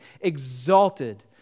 exalted